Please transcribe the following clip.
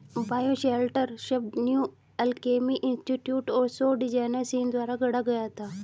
bioshelter शब्द new alchemy institute और सौर डिजाइनर सीन द्वारा गढ़ा गया था